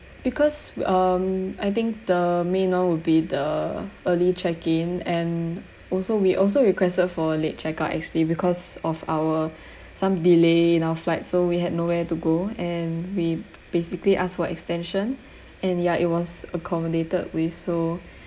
because um I think the main [one] will be the early check in and also we also requested for late check out actually because of our some delay in our flight so we had nowhere to go and we basically ask for extension and ya it was accommodated with so